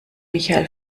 michael